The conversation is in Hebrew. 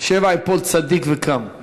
שבע ייפול צדיק וקם.